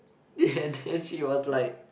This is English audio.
and then she was like